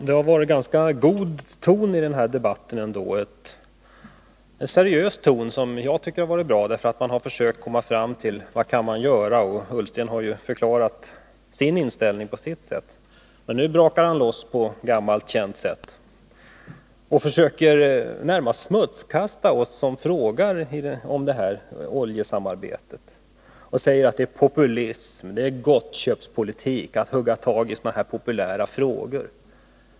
Herr talman! Det har ändå i den här debatten varit en ganska seriös ton, som jag tycker har varit bra. Man har försökt komma fram till vad man kan göra. Herr Ullsten har ju förklarat sin inställning. Men nu brakar han loss på gammalt känt sätt. Han försöker närmast smutskasta oss som frågar om detta oljesamarbete, och han säger att det är populism och gottköpspolitik att hugga tag i sådana här populära frågor.